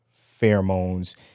pheromones